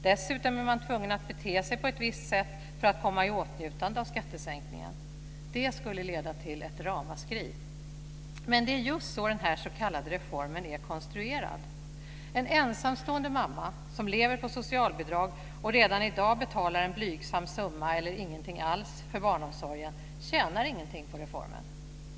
Dessutom är man tvungen att bete sig på ett visst sätt för att komma i åtnjutande av skattesänkningen. Det skulle leda till ett ramaskri. Men det är just så den här s.k. reformen är konstruerad. En ensamstående mamma som lever på socialbidrag och redan i dag betalar en blygsam summa eller ingenting alls för barnomsorgen tjänar ingenting på reformen.